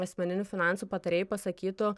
asmeninių finansų patarėjai pasakytų